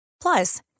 Plus